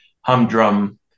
humdrum